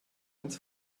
ins